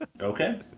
Okay